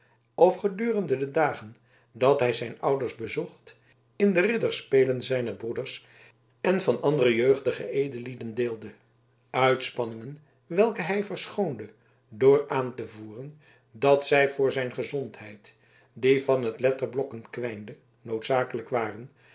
of gedurende de dagen dat hij zijn ouders bezocht in de ridderspelen zijner broeders en van andere jeugdige edellieden deelde uitspanningen welke hij verschoonde door aan te voeren dat zij voor zijn gezondheid die van t letterblokken kwijnde noodzakelijk waren